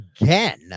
again